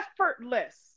effortless